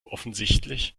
offensichtlich